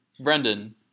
Brendan